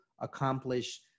accomplish